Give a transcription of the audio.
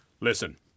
Listen